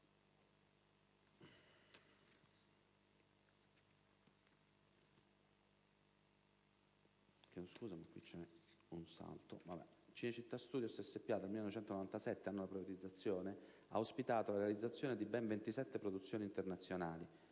Cinecittà Studios SpA dal 1997, anno della privatizzazione, ha ospitato la realizzazione di ben 27 produzioni internazionali